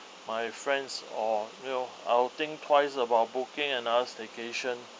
my friends or you know I'll think twice about booking another staycation